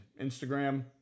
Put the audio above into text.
Instagram